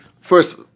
first